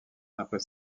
après